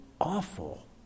awful